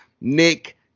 Nick